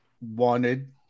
wanted